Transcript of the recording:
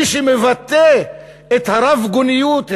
מי שמבטא את הרבגוניות,